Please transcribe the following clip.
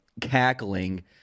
cackling